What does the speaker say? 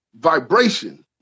vibration